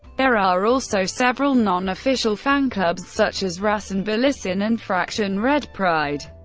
there are also several non-official fanclubs, such as rasenballisten and fraktion red pride.